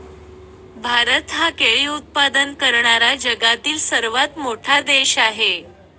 भारत हा केळी उत्पादन करणारा जगातील सर्वात मोठा देश आहे